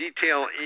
detail